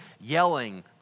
yelling